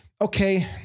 okay